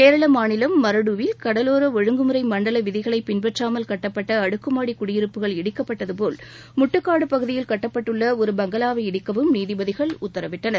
கேரள மாநிலம் மரடுவில் கடலோர ஒழுங்குமுறை மண்டல விதிகளை பின்பற்றாமல் கட்டப்பட்ட அடுக்குமாடி குடியிருப்புகள் இடிக்கப்பட்டதுபோல் முட்டுக்காடு பகுதியில் கட்டப்பட்டுள்ள ஒரு பங்களாவை இடிக்கவும் நீதிபதிகள் உத்தரவிட்டனர்